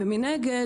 ומנגד,